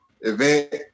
event